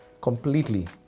completely